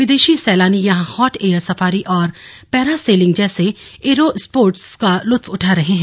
विदेशी सैलानी यहां हॉट एयर सफारी और पैरासेलिंग जैसे ऐरो स्पोर्ट्स का लुत्फ उठा रहे हैं